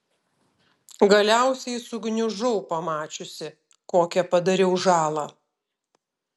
galiausiai sugniužau pamačiusi kokią padariau žalą